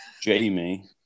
Jamie